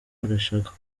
barashaka